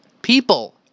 People